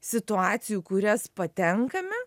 situacijų kurias patenkame